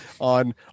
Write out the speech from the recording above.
on